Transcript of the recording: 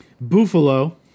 Buffalo